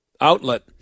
outlet